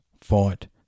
fight